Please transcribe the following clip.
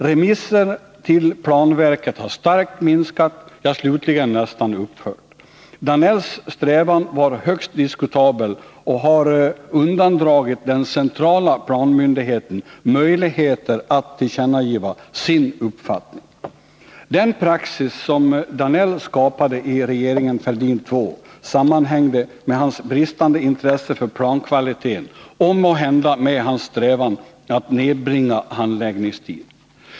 Remisser till planverket har starkt minskat, ja, slutligen nästan upphört. Georg Danells strävan var högst diskutabel och har undandragit den centrala planmyndigheten möjligheter att tillkännage sin uppfattning. Den praxis som Georg Danell skapade i regeringen Fälldin II sammanhängde med hans bristande intresse för plankvaliteten och måhända med hans strävan att nedbringa handläggningstidens längd.